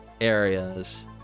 areas